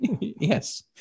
yes